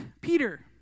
Peter